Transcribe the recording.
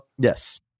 Yes